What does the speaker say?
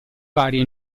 varia